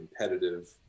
competitive